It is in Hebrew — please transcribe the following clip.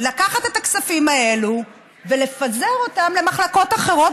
יכול לקחת את הכספים האלה ולפזר אותם במחלקות אחרות,